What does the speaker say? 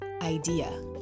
idea